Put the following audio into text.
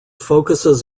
focuses